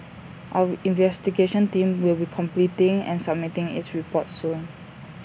our investigation team will be completing and submitting its report soon